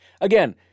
Again